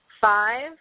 five